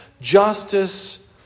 Justice